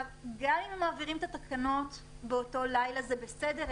גם אם מעבירים את התקנות באותו לילה, זה בסדר.